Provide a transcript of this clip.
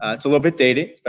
it's a little bit dated.